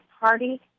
party